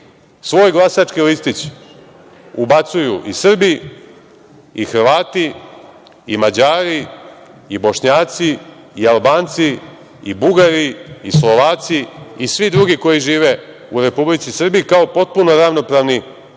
svoj glasački listić ubacuju i Srbi, i Hrvati, i Mađari, i Bošnjaci, i Albanci, i Bugari, i Slovaci i svi drugi koji žive u Republici Srbiji, kao potpuno ravnopravni građani.